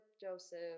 Joseph